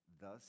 thus